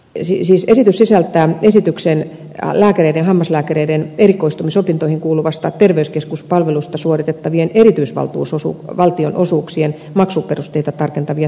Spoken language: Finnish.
ei siis asetu sisältää esityksen ja hammaslääkäreiden erikoistumisopintoihin kuuluvasta terveyskeskuspalvelusta suoritettavien erityisvaltionosuuksien maksuperusteita tarkentavia säännöksiä